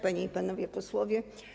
Panie i Panowie Posłowie!